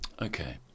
Okay